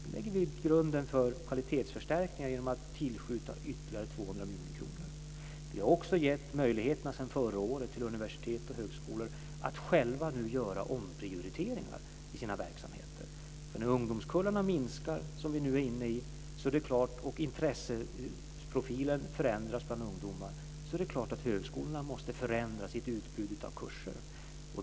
Nu lägger vi grunden till kvalitetsförstärkningar genom att tillskjuta ytterligare 200 miljoner kronor. Vi har också sedan förra året gett möjligheterna till universitet och högskolor att själva nu göra omprioriteringar i sina verksamheter. När ungdomskullarna minskar, som sker nu, och intresseprofilen förändras bland ungdomar är det klart att högskolorna måste förändra sitt utbud av kurser.